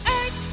Earth